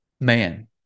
man